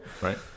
Right